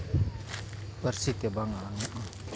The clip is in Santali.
ᱯᱟᱹᱨᱥᱤᱛᱮ ᱵᱟᱝ ᱟᱲᱟᱝᱼᱚᱜᱼᱟ